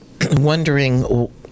wondering